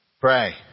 Pray